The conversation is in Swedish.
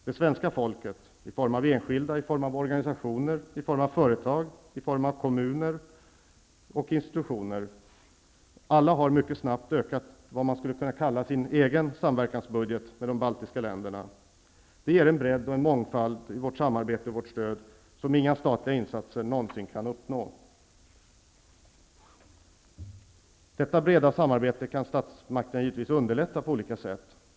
Det svenska folket -- enskilda, organisationer, företag, kommuner och institutioner -- har mycket snabbt ökat sin Det ger en bredd och en mångfald i vårt samarbete och vårt stöd som inga statliga insatser någonsin kan uppnå. Detta breda samarbete kan statsmakterna givetvis underlätta på olika sätt.